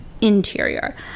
interior